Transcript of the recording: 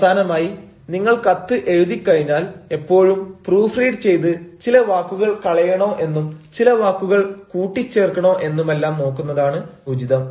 അവസാനമായി നിങ്ങൾ കത്ത് എഴുതിക്കഴിഞ്ഞാൽ എപ്പോഴും പ്രൂഫ് റീഡ് ചെയ്ത് ചില വാക്കുകൾ കളയണോ എന്നും ചില വാക്കുകൾ കൂട്ടിച്ചേർക്കണോ എന്നുമെല്ലാം നോക്കുന്നതാണ് ഉചിതം